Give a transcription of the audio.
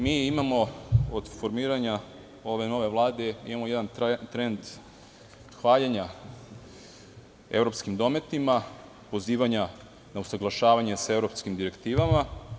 Meni se čini da mi imamo, od formiranja ove nove Vlade, jedan trend hvaljenja evropskim dometima, pozivanja na usaglašavanje sa evropskim direktivama.